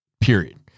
period